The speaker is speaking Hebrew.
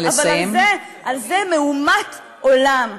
אבל על זה, על זה, מהומת עולם.